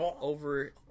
over